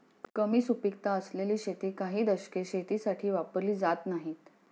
कमी सुपीकता असलेली शेती काही दशके शेतीसाठी वापरली जात नाहीत